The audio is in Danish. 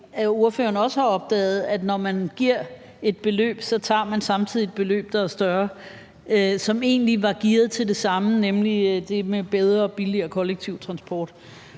ordføreren også har opdaget, at når man giver et beløb, tager man samtidig et beløb, der er større, og som egentlig var gearet til det samme, nemlig det med bedre og billigere kollektiv transport.